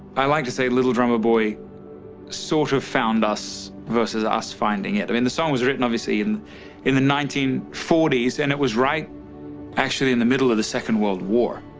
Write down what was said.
i like to say, little drummer boy sort of found us versus us finding it. i mean the song was written obviously in in the nineteen forty s and it was right actually in the middle of the second world war.